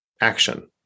action